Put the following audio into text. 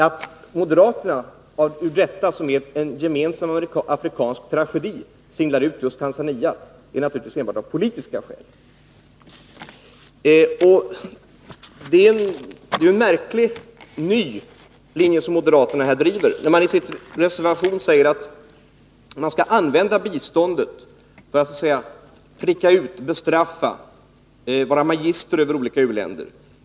Att moderaterna ur detta, som är en gemensam afrikansk tragedi, singlar ut just Tanzania är naturligtvis enbart av politiska skäl. Det är en märklig, ny linje som moderaterna här driver. I en reservation säger man att man skall använda biståndet för att pricka ut, bestraffa och vara magister över olika u-länder.